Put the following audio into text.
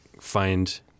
find